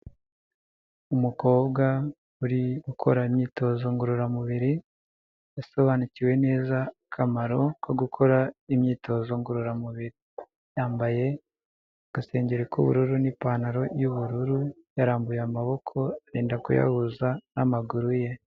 Umukobwa uri gukora imyitozo ngororamubiri yasobanukiwe neza akamaro ko gukora imyitozo ngororamubiri, yambaye agasengeri k'ubururu n'ipantaro y'ubururu yarambuye amaboko arenda kuyahuza n'amaguru ye.